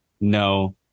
no